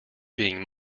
being